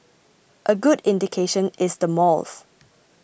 a good indication is the malls